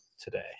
today